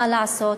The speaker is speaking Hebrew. מה לעשות,